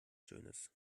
schönes